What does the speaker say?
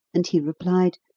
and he replied,